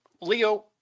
Leo